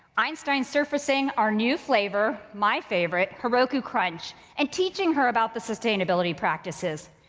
einstein surfacing our new flavor my favorite heroku crunch, and teaching her about the sustainability practices.